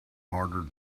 harder